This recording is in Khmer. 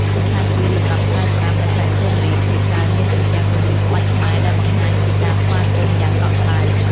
សណ្ឋាគារលំដាប់ផ្កាយប្រាំនៅខេត្តសៀមរាប ភាគច្រើនមានជញ្ជាំងគំនូរក្បាច់ខ្មែរដែលបង្ហាញពីការស្វាគមន៍យ៉ាងកក់ក្ដៅ។